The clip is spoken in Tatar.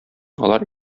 алар